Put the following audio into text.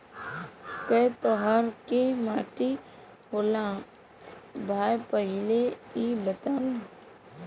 कै तरह के माटी होला भाय पहिले इ बतावा?